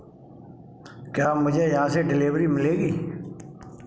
क्या मुझे यहाँ से डिलीवरी मिलेगी